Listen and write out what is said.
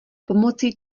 pomocí